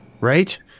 right